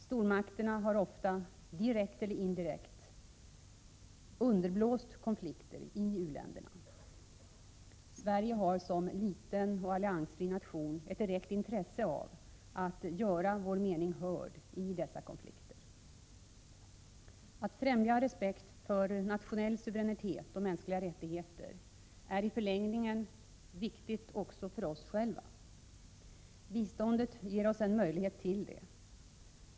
Stormakterna har ofta, direkt eller indirekt, underblåst konflikter i u-länderna. Sverige har, som liten och alliansfri nation, ett direkt intresse av att göra sin mening hörd i dessa konflikter. Att främja respekten för nationell suveränitet och mänskliga rättigheter är i förlängningen viktigt också för oss själva. Biståndet ger oss en möjlighet till det.